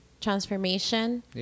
transformation